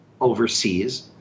overseas